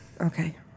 Okay